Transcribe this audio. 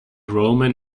roman